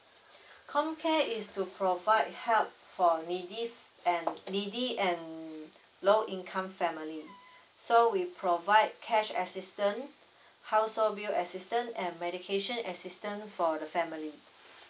comcare it is to provide help for a needy and needy and low income family so we provide cash assistance hoousehold bill assistance and medication assistance for the family